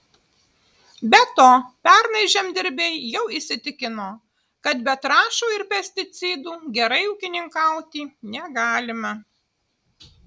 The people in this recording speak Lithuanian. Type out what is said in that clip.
be to pernai žemdirbiai jau įsitikino kad be trąšų ir pesticidų gerai ūkininkauti negalima